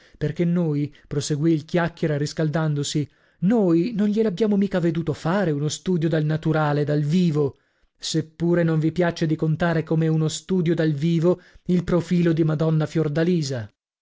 perchè noi proseguì il chiacchiera riscaldandosi noi non gliel'abbiamo mica veduto fare uno studio dal naturale dal vivo se pure non vi piaccia di contare come uno studio dal vivo il profilo di madonna fiordalisa